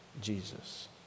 Jesus